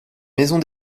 maison